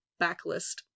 Backlist